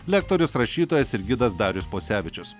lektorius rašytojas ir gidas darius pocevičius